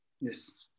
Yes